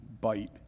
bite